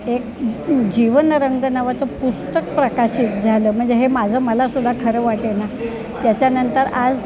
एक जीवनरंग नावाचं पुस्तक प्रकाशित झालं म्हणजे हे माझं मला सुद्धा खरं वाटेना त्याच्यानंतर आज